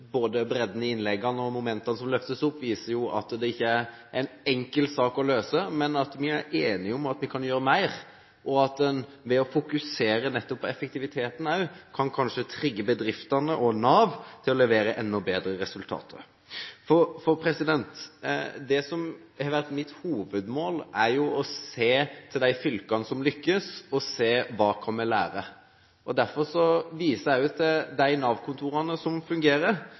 enkel sak å løse, men at vi er enige om at vi kan gjøre mer, og at man ved å fokusere nettopp på effektiviteten kanskje også kan trigge bedriftene og Nav til å levere enda bedre resultater. Det som har vært mitt hovedmål, er å se til de fylkene som lykkes, og se hva vi kan lære. Derfor viser jeg også til de Nav-kontorene som fungerer